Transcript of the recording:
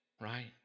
right